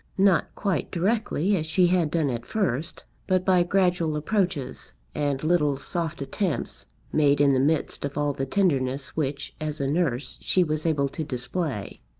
not quite directly as she had done at first, but by gradual approaches and little soft attempts made in the midst of all the tenderness which, as a nurse, she was able to display.